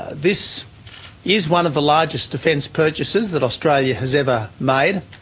this is one of the largest defence purchases that australia has ever made.